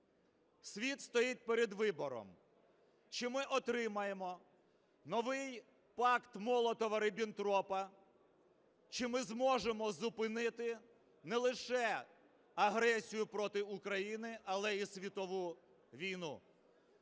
Світ стоїть перед вибором: чи ми отримаємо новий пакт Молотова-Ріббентропа, чи ми зможемо зупинити не лише агресію проти України, але і світову війну.